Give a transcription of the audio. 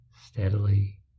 steadily